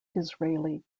disraeli